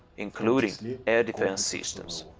including air defense systems.